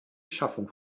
schaffung